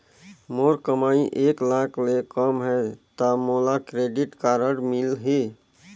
मोर कमाई एक लाख ले कम है ता मोला क्रेडिट कारड मिल ही?